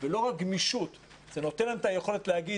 ולא רק גמישות אלא זה נותן להם את היכולת להגיד